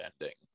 ending